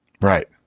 Right